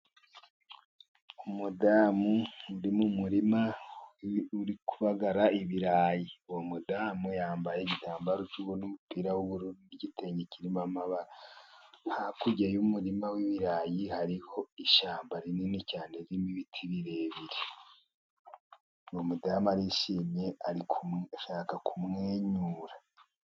Umudamu uri mu murima uri kubagara ibirayi, uwo mudamu yambaye igitambaro cy'ubururu n'umupira w'ububuru, n'igitenge kirimo amabara. Hakurya y'umurima w'ibirayi hariho ishyamba rinini cyane ririmo ibiti birebire, umudamu arishimye ari gushaka kumwenyura.